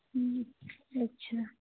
अच्छा